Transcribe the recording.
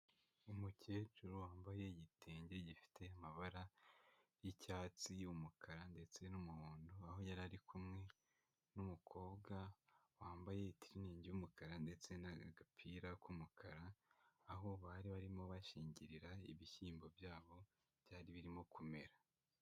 Umukecuru wambaye igitenge gifite amabara y'icyatsi y'umukara ndetse n'umuhondo, aho yari ari kumwe n'umukobwa wambaye itirinigi y'umukara ndetse n'agapira k'umukara, aho bari barimo bashingirira ibishyimbo byabo byari birimo kumera.